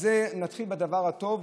אז נתחיל בדבר הטוב,